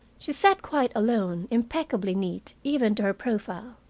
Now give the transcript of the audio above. she sat quite alone, impeccably neat, even to her profile.